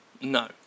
no